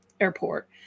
airport